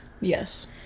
Yes